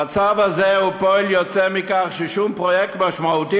המצב הזה הוא פועל יוצא מכך ששום פרויקט משמעותי